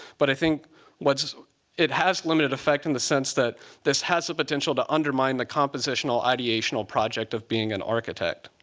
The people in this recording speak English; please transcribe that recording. but i think so it has limited effect in the sense that this has the potential to undermine the compositional ideational project of being an architect.